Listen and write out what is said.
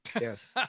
Yes